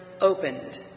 opened